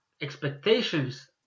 expectations